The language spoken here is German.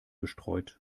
bestreut